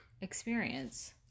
experience